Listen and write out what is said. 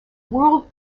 world